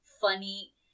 funny